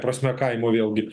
prasme kaimo vėlgi